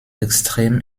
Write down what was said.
extrem